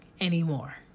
anymore